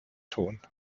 tun